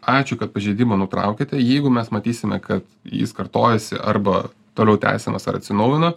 ačiū kad pažeidimą nutraukėte jeigu mes matysime kad jis kartojasi arba toliau tęsiamas ar atsinaujino